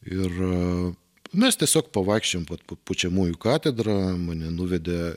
ir mes tiesiog pavaikščiojom po pučiamųjų katedrą mane nuvedė